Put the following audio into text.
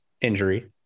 injury